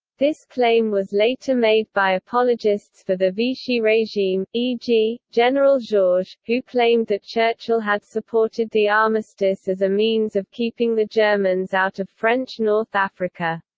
this claim was later made by apologists for the vichy regime, e g, general georges, who claimed that churchill had supported the armistice as a means of keeping the germans out of french north africa.